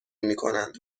میکنند